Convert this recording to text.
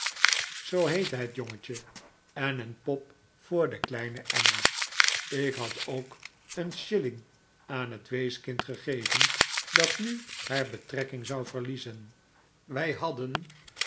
jongetje en een pop voor de kleine emma ik had ook een shilling aan het weeskind gegeven dat nu haar betrekking zou verliezen wij hadden